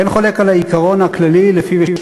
אין חולק על העיקרון הכללי שלפיו יש